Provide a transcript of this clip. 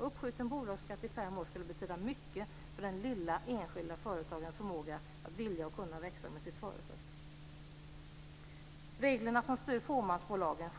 Uppskjuten bolagsskatt i fem år skulle betyda mycket för den lille enskilde företagarens förmåga när det gäller att vilja och kunna växa med sitt företag. De regler som styr fåmansbolagen måste